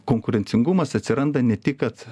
konkurencingumas atsiranda ne tik kad